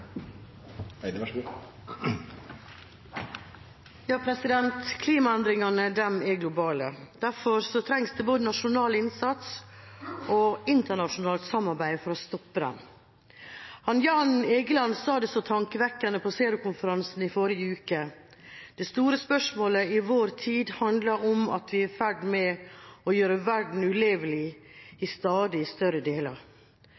globale. Derfor trengs det både nasjonal innsats og internasjonalt samarbeid for å stoppe dem. Jan Egeland sa det så tankevekkende på Zerokonferansen i forrige uke: «Det store spørsmålet i vår tid handler om at vi er i ferd med å gjøre verden ulevelig i stadig større deler.»